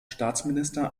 staatsminister